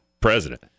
president